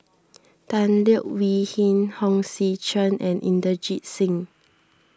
Tan Leo Wee Hin Hong Sek Chern and Inderjit Singh